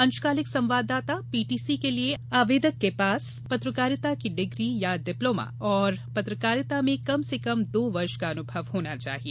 अंशकालिक संवाददाता पीटीसी के लिए आवेदक के पास पत्रकारिता की डिग्री या डिप्लोमा और पत्रकारिता में कम से कम दो वर्ष का अनुभव होना चाहिए